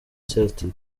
celtic